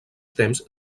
temps